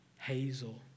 Hazel